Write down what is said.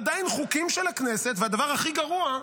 עדיין חוקים של הכנסת, והדבר הכי גרוע,